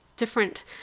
different